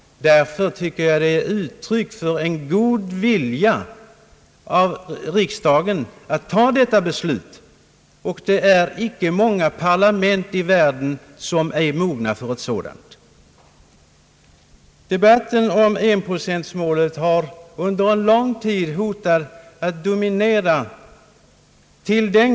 Det är ett uttryck för god vilja av riksdagen att fatta detta beslut; det finns icke många parlament i världen som är mogna för ett sådant. Debatten om enprocentmålet har under lång tid hotat att dominera till den.